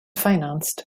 financed